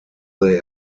they